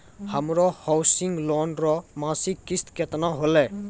हमरो housing loan रो मासिक किस्त केतना होलै?